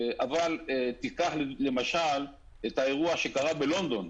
אבל קח למשל את האירוע שקרה בלונדון.